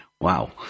Wow